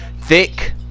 thick